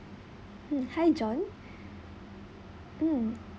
mm hi john mm